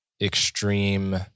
extreme